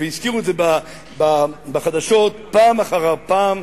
והזכירו את זה בחדשות פעם אחר פעם,